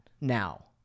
now